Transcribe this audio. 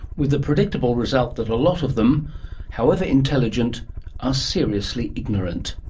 with the predictable result that a lot of them however intelligent are seriously ignorant.